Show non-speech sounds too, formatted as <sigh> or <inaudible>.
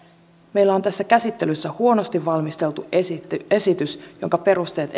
meillä on tässä käsittelyssä huonosti valmisteltu esitys jonka perusteet <unintelligible>